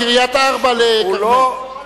מקריית-ארבע לכרמל.